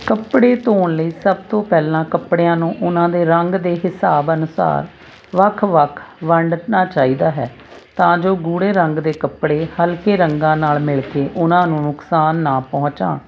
ਕੱਪੜੇ ਧੋਣ ਲਈ ਸਭ ਤੋਂ ਪਹਿਲਾਂ ਕੱਪੜਿਆਂ ਨੂੰ ਉਹਨਾਂ ਦੇ ਰੰਗ ਦੇ ਹਿਸਾਬ ਅਨੁਸਾਰ ਵੱਖ ਵੱਖ ਵੰਡਣਾ ਚਾਹੀਦਾ ਹੈ ਤਾਂ ਜੋ ਗੂੜੇ ਰੰਗ ਦੇ ਕੱਪੜੇ ਹਲਕੇ ਰੰਗਾਂ ਨਾਲ ਮਿਲ ਕੇ ਉਹਨਾਂ ਨੂੰ ਨੁਕਸਾਨ ਨਾ ਪਹੁੰਚਾਉਣ